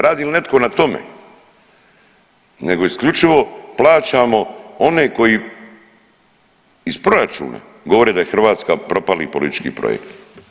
Radi li netko na tome, nego isključivo plaćamo one koji, iz proračuna, govore da je Hrvatska propali politički projekt.